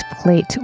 plate